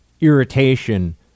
irritation